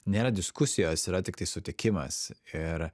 nėra diskusijos yra tiktai sutikimas ir